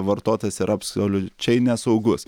vartotojas yra absoliučiai nesaugus